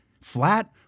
flat